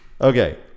Okay